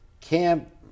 camp